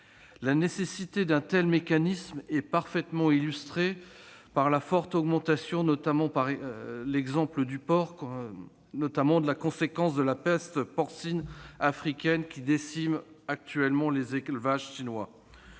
La nécessité d'un tel mécanisme est parfaitement illustrée par la forte augmentation du prix du porc, conséquence de la peste porcine africaine qui décime actuellement les élevages chinois.